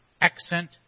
accent